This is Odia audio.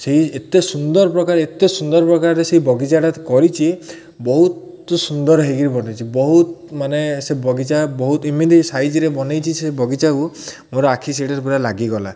ସେଇ ଏତେ ସୁନ୍ଦର ପ୍ରକାର ଏତେ ସୁନ୍ଦର ପ୍ରକାରରେ ସେଇ ବଗିଚାଟା କରିଛି ବହୁତ ସୁନ୍ଦର ହେଇକିରି ବନେଇଛି ବହୁତ ମାନେ ସେ ବଗିଚା ବହୁତ ଏମିତି ସାଇଜ୍ରେ ବନେଇଛି ସେ ବଗିଚାକୁ ମୋର ଆଖି ସେଇଠାରେ ପୁରା ଲାଗିଗଲା